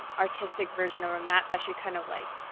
artistic version of a map that she kind of like,